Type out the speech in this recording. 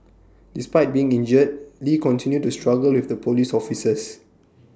despite being injured lee continued to struggle with the Police officers